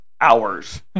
hours